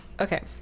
okay